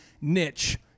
niche